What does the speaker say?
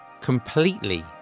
completely